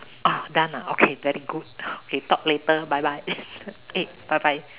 oh done ah okay very good okay talk later bye bye eh bye bye